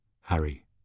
Harry